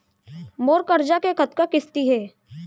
मोर करजा के कतका किस्ती हे?